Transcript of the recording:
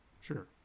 Sure